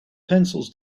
pencils